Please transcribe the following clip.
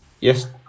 Yes